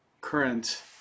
current